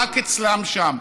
רק אצלם שם,